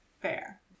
Fair